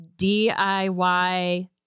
DIY